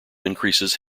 increases